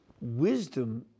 wisdom